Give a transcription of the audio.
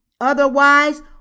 Otherwise